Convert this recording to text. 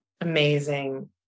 Amazing